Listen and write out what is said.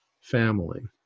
family